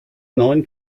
neun